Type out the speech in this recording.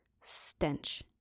Stench